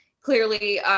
clearly